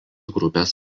grupės